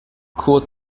kurt